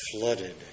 flooded